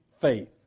faith